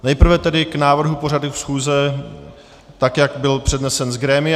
Nejprve tedy k návrhu pořadu schůze tak, jak byl přednesen z grémia.